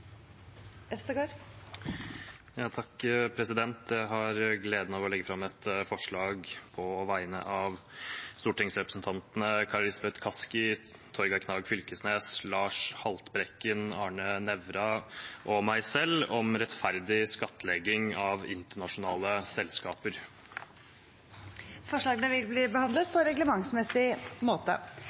Jeg har gleden av å legge fram et forslag på vegne av stortingsrepresentantene Kari Elisabeth Kaski, Torgeir Knag Fylkesnes, Lars Haltbrekken, Arne Nævra og meg selv om rettferdig skattlegging av internasjonale selskaper. Forslagene vil bli behandlet på reglementsmessig måte.